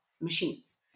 machines